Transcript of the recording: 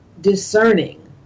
discerning